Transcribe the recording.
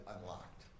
unlocked